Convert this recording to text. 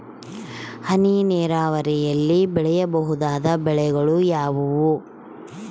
ಹನಿ ನೇರಾವರಿಯಲ್ಲಿ ಬೆಳೆಯಬಹುದಾದ ಬೆಳೆಗಳು ಯಾವುವು?